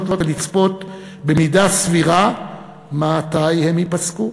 ולצפות במידה סבירה מתי הם ייפסקו.